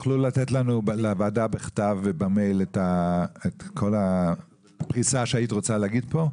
תוכלו לתת לוועדה בכתב ובמייל את כל הפריסה שהיית רוצה להגיד פה?